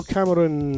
Cameron